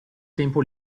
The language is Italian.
tempo